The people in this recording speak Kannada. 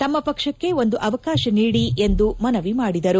ತಮ್ಮ ಪಕ್ಷಕ್ಕೆ ಒಂದು ಅವಕಾಶ ನೀಡಿ ಎಂದು ಮನವಿ ಮಾಡಿದರು